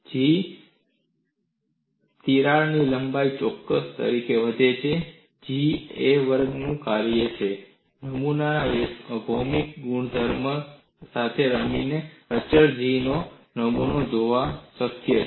G તિરાડ લંબાઈના ચોરસ તરીકે વધે છે G એ a વર્ગનું કાર્ય છે નમૂનાના ભૌમિતિક ગુણધર્મો સાથે રમીને અચળ Gનો નમૂનો મેળવવો શક્ય છે